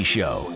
Show